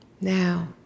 Now